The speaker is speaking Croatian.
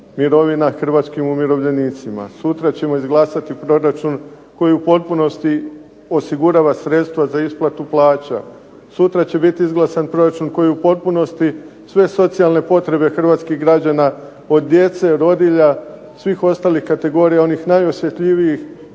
hrvatskim umirovljenicima, sutra ćemo izglasati proračun koji u potpunosti osigurava sredstvu za isplatu plaća. Sutra će biti izglasan proračun koji u potpunosti sve socijalne potrebe hrvatskih građana, od djece, rodilja, svih ostalih kategorija onih najosjetljivijih